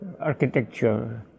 architecture